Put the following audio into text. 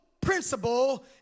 principle